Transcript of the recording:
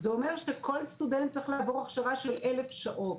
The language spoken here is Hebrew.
זה אומר שכל סטודנט צריך לעבור הכשרה של 1,000 שעות.